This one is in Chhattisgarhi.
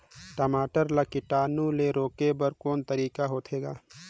टमाटर ला कीटाणु ले रोके बर को तरीका होथे ग?